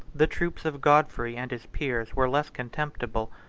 the troops of godfrey and his peers were less contemptible,